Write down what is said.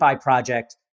project